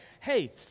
hey